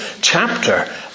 chapter